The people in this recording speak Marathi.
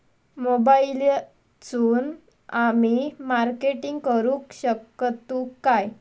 मोबाईलातसून आमी मार्केटिंग करूक शकतू काय?